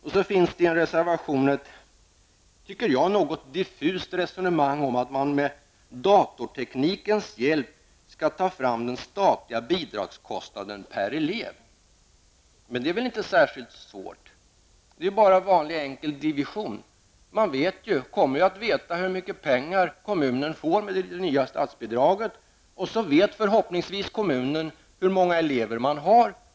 Dessutom finns det i en reservation ett som jag tycker något diffust resonemang om att man med datorteknikens hjälp skall ta fram den statliga bidragskostnaden per elev. Men det är väl inte särskilt svårt. Det är bara vanlig enkel division. Man kommer att veta hur mycket pengar kommunen får genom det nya statsbidraget och förhoppningsvis vet kommunen hur många elever man har.